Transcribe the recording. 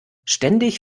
ständig